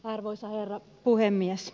arvoisa herra puhemies